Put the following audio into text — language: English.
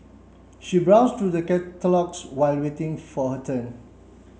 she browsed through the while waiting for her turn